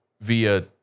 via